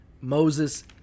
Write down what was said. Moses